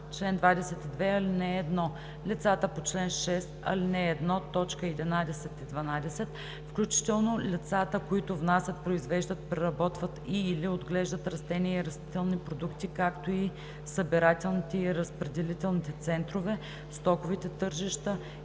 „Чл. 22. (1) Лицата по чл. 6, ал. 1, т. 11 и 12, включително лицата, които внасят, произвеждат, преработват и/или отглеждат растения и растителни продукти, както и събирателните и разпределителните центрове, стоковите тържища